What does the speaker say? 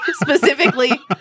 Specifically